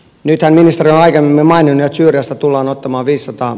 nyt on jo aiemmin maininneet syrjästä tullaan ottamaan lisätään